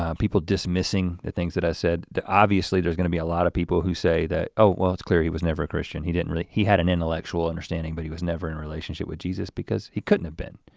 ah people dismissing the things that i said. obviously there's gonna be a lot of people who say that oh well it's clear he was never a christian. he didn't really, he had an intellectual understanding but he was never in a relationship with jesus because he couldn't have been.